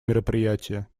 мероприятие